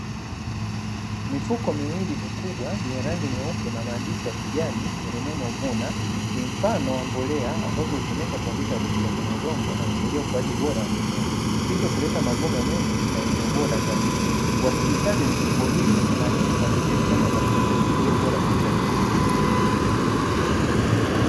Mifuko miwili mikubwa, yenye rangi nyeupe na maandishi ya kijani yenye neno vuna, ni mfano wa mbolea ambazo hutumika kuongeza rutuba kwenye udongo, na kusaidia ukuaji bora wa mimea, hivyo kuleta mavuno mengi na yenye ubora zaidi, uwasilishaji wa mifuko hii, unaakisi matokeo chanya na matumizi ya pembejeo bora katika kilimo.